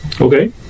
Okay